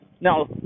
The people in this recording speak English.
Now